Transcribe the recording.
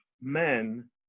men